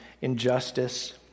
injustice